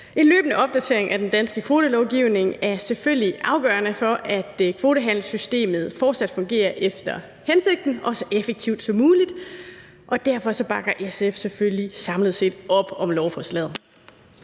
En løbende opdatering af den danske kvotelovgivning er selvfølgelig afgørende for, at kvotehandelssystemet fortsat fungerer efter hensigten og så effektivt som muligt, og derfor bakker SF selvfølgelig samlet set op om lovforslaget.